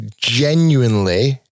genuinely